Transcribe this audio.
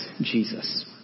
Jesus